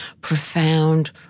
profound